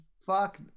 fuck